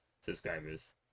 subscribers